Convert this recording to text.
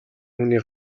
хүний